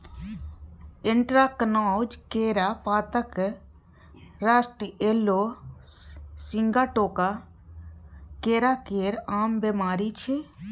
anthracnose, केरा पातक rust, yellow sigatoka केरा केर आम बेमारी छै